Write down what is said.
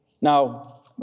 Now